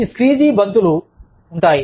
ఈ స్క్వీజీ బంతులు ఉంటాయి